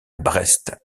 brest